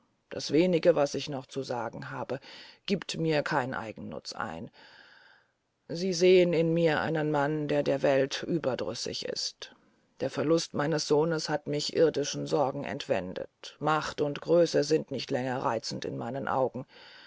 das wenige was ich noch zu sagen habe giebt mir kein eigennutz ein sie sehn in mir einen mann der der welt überdrüssig ist der verlust meines sohnes hat mich irdischen sorgen entwendet macht und größe sind nicht länger reizend in meinen augen